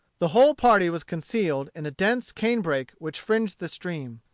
the whole party was concealed in a dense canebrake which fringed the stream.